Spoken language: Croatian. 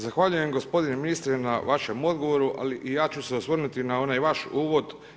Zahvaljujem gospodine ministre na vašem odgovoru, ali i ja ću se osvrnuti na onaj vaš uvod.